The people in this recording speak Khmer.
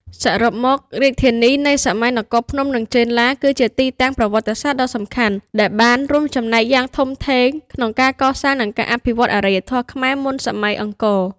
សរុបមក រាជធានីនៃសម័យនគរភ្នំ និងចេនឡា គឺជាទីតាំងប្រវត្តិសាស្ត្រដ៏សំខាន់ដែលបានរួមចំណែកយ៉ាងធំធេងក្នុងការកសាង និងអភិវឌ្ឍអរិយធម៌ខ្មែរមុនសម័យអង្គរ។